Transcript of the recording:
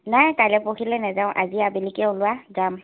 নাই কাইলৈ পৰখিলৈ নাযাওঁ আজি আবেলিকৈ ওলোৱা যাম